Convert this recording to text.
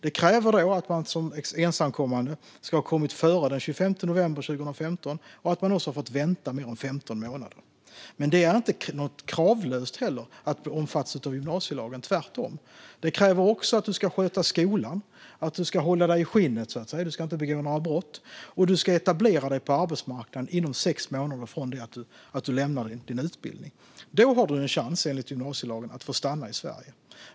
För detta krävs att du som ensamkommande ska ha kommit före den 25 november 2015 och att du har fått vänta mer än 15 månader. Att omfattas av gymnasielagen är inte kravlöst, tvärtom. Det krävs att du sköter skolan, att du håller dig i skinnet och inte begår några brott och att du ska etablera dig på arbetsmarknaden inom sex månader från att du lämnar din utbildning. Då har du enligt gymnasielagen en chans att få stanna i Sverige.